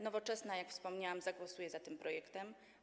Nowoczesna, jak wspomniałam, zagłosuje za tym projektem.